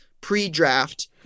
pre-draft